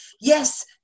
yes